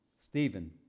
Stephen